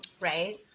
right